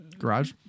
garage